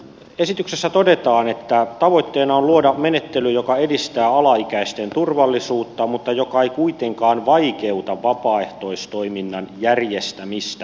esityksessä todetaan että tavoitteena on luoda menettely joka edistää alaikäisten turvallisuutta mutta joka ei kuitenkaan vaikeuta vapaaehtoistoiminnan järjestämistä